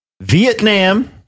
Vietnam